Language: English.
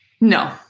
No